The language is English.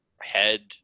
Head